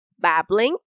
babbling